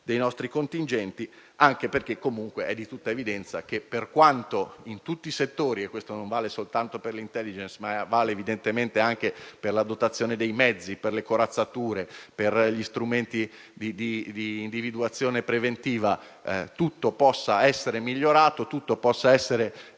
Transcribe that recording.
dei nostri contingenti. Comunque, è di tutta evidenza che per quanto in tutti i settori - e questo non vale soltanto per l'*intelligence*, ma evidentemente anche per la dotazione dei mezzi, per le corazzature e gli strumenti di individuazione preventiva - tutto possa essere migliorato e